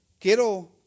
quiero